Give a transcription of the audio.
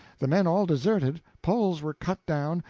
the men all deserted, poles were cut down,